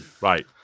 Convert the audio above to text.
right